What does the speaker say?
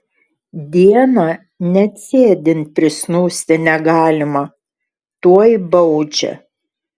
dieną net sėdint prisnūsti negalima tuoj baudžia